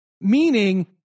Meaning